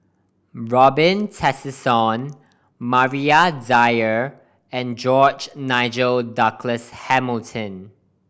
Robin Tessensohn Maria Dyer and George Nigel Douglas Hamilton